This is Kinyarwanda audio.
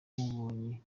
umubonye